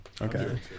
Okay